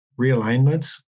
realignments